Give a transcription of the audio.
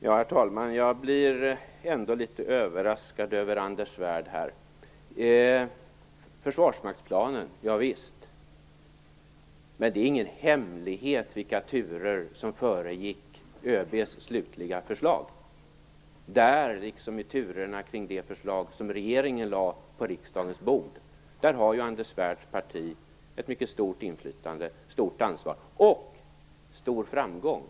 Herr talman! Jag blir här ändå litet överraskad av Anders Svärd. Visst finns försvarsmaktsplanen. Men det är ingen hemlighet vilka turer som föregick ÖB:s slutliga förslag. Där liksom i turerna kring det förslag som regeringen lade på riksdagens bord har Anders Svärds parti haft ett mycket stort inflytande, stort ansvar och stor framgång.